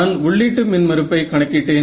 நான் உள்ளீட்டு மின் மறுப்பை கணக்கிட்டேன்